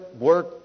work